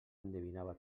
endevinava